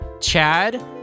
Chad